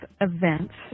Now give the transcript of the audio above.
Events